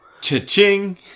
Cha-ching